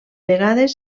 vegades